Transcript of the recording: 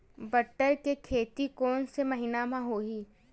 बटर के खेती कोन से महिना म होही?